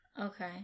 okay